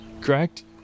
Correct